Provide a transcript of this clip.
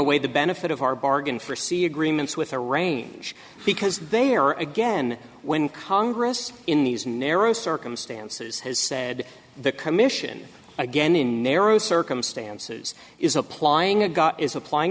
away the benefit of our bargain for c agreements with a range because they are again when congress in these narrow circumstances has said the commission again in narrow circumstances is applying a got is applying